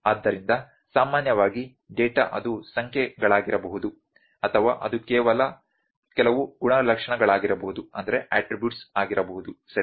ಆದ್ದರಿಂದ ಸಾಮಾನ್ಯವಾಗಿ ಡೇಟಾ ಅದು ಸಂಖ್ಯೆಗಳಾಗಿರಬಹುದು ಅಥವಾ ಅದು ಕೆಲವು ಗುಣಲಕ್ಷಣಗಳಾಗಿರಬಹುದು ಸರಿ